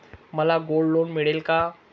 मला gold loan मिळेल का?